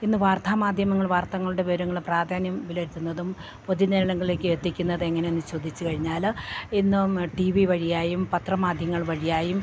ഇന്ന് വാർത്താ മാധ്യമങ്ങള് വർത്തകളുടെ വിവരങ്ങളും പ്രാധാന്യം വില ഇരുത്തുന്നതും പൊതു ജനങ്ങളിലേക്ക് എത്തിക്കുന്നത് എങ്ങനെയെന്ന് ചോദിച്ച് കഴിഞ്ഞാല് ഇന്നും ടി വി വഴിയായും പത്രമാധ്യമങ്ങൾ വഴിയായും